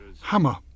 Hammer